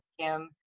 Kim